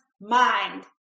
mind